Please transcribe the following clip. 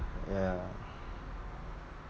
yeah